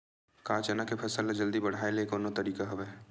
का चना के फसल ल जल्दी बढ़ाये के कोनो तरीका हवय?